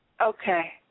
Okay